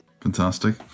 fantastic